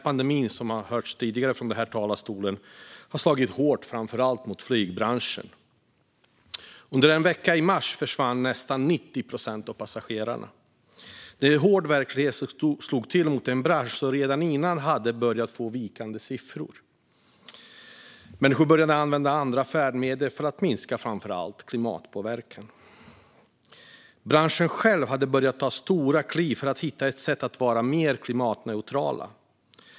Pandemin har, som vi hört tidigare här från talarstolen, slagit hårt mot framför allt flygbranschen. Under en vecka i mars försvann nästan 90 procent av passagerarna. Det är en hård verklighet som slog till mot en bransch som redan tidigare hade börjat få vikande siffror. Människor började använda andra färdmedel för att minska framför allt klimatpåverkan. Branschen själv hade börjat ta stora kliv för att hitta ett sätt att bli mer klimatneutral.